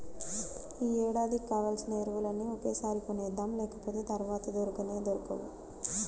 యీ ఏడాదికి కావాల్సిన ఎరువులన్నీ ఒకేసారి కొనేద్దాం, లేకపోతె తర్వాత దొరకనే దొరకవు